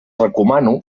recomano